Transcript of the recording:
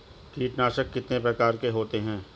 कीटनाशक कितने प्रकार के होते हैं?